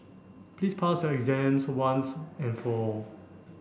please pass your exam once and for all